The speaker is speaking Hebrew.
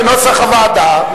כנוסח הוועדה.